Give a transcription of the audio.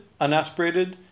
unaspirated